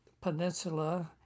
peninsula